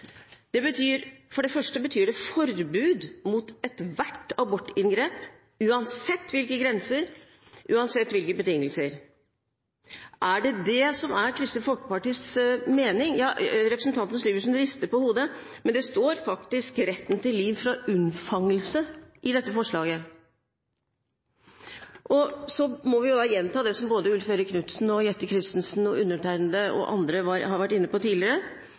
unnfangelse betyr befruktning. For det første betyr det forbud mot ethvert abortinngrep, uansett hvilke grenser, uansett hvilke betingelser. Er det det som er Kristelig Folkepartis mening? Ja, representanten Syversen rister på hodet, men det står faktisk «retten til liv fra unnfangelse» i dette forslaget. Så da må vi gjenta det som både Ulf Erik Knudsen, Jette F. Christensen, undertegnede og andre har vært inne på tidligere.